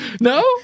No